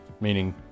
meaning